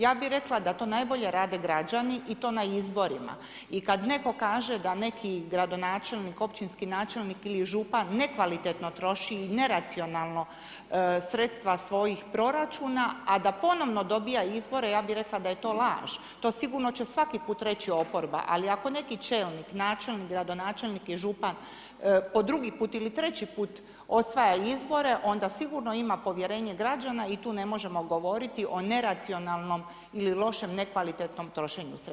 Ja bi rekla da to najbolje rade građani i to na izborima i kad netko kaže da neki gradonačelnik, općinski načelnik ili župan nekvalitetno troši i neracionalno sredstava svojih proračuna a da ponovno dobiva izbore, ja bi rekla da je to laž, to sigurno će svaki put reći oporba ali ako neki čelnik, načelnik, gradonačelnik, župan, po drugi put ili treći put osvaja izbore ona sigurno ima povjerenje građana i tu ne možemo govoriti o neradu neracionalnom ili lošem nekvalitetnom trošenju sredstava.